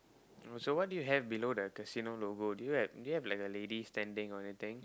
so what did you below the casino logo do you have did you have like a lady standing or anything